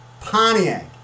Pontiac